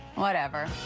whatever.